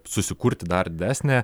susikurti dar didesnę